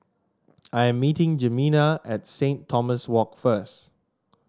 I'am meeting Jimena at Saint Thomas Walk first